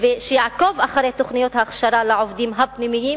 ויעקוב אחר תוכניות ההכשרה לעובדים הפנימיים,